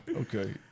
Okay